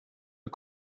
der